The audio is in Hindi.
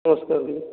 पोस कर दिया